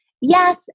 Yes